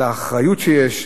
על האחריות שיש,